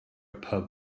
pub